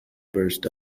burst